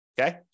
okay